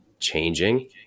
changing